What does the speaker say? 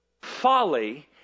Folly